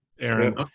Aaron